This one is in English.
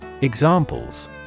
Examples